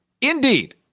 indeed